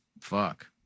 fuck